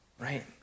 Right